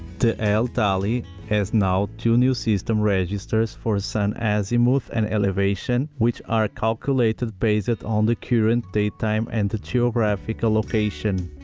the l-dali has now two new system registers for sun azimuth and elevation, which are calculated based on the current day time and the geographical location.